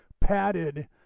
padded